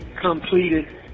completed